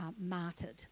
martyred